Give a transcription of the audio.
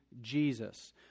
Jesus